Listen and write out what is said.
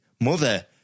mother